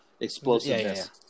explosiveness